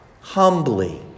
humbly